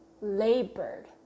labored